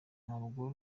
ntabwo